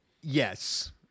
yes